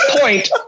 point